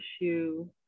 issue